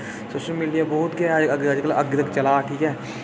तुसेंगी मिलियै बहुत गै अजकल अग्गै तगर चलै करदा ठीक ऐ